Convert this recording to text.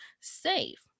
safe